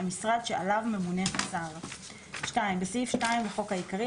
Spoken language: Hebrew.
המשרד שעליו ממונה השר,"; תיקון סעיף 2 2. בסעיף 2 לחוק העיקרי,